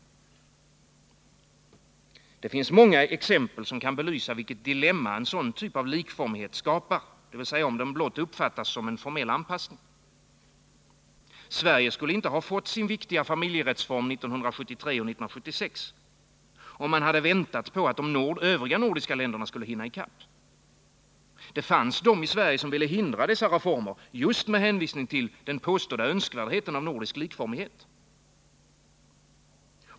Det finns många exempel som kan belysa vilket dilemma en sådan typ av likformighet skapar, om den blott uppfattas som en formell anpassning. Sverige skulle inte ha fått sin viktiga familjerättsreform 1973 och 1976, om man hade väntat på att de övriga nordiska länderna skulle hinna i kapp. Det fanns de i Sverige som ville hindra dessa reformer just med hänvisning till den påstådda önskvärdheten av nordisk likformighet.